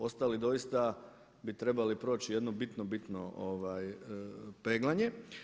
Ostali doista bi trebali proći jedno bitno, bitno peglanje.